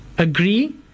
Agree